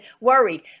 worried